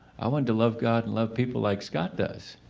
i wanted love god, love people like scott does.